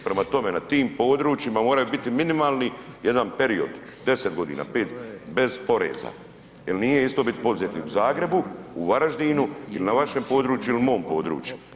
Prema tome, na tim područjima moraju biti minimalni jedan period 10 godina, 5 bez poreza jel nije isto biti poduzetnik u Zagrebu u Varaždinu ili na vašem području ili mom području.